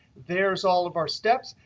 there's all of our steps.